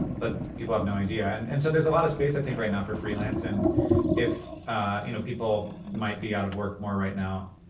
but people have no idea. and and so there's a lot of space, i think, right now for freelance. and you know people might be out of work more right now.